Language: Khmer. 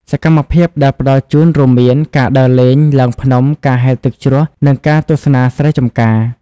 សកម្មភាពដែលផ្តល់ជូនរួមមាន ការដើរលេង ឡើងភ្នំ ការហែលទឹកជ្រោះ និងការទស្សនាស្រែចម្ការ។